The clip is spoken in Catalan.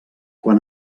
quan